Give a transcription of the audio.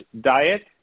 diet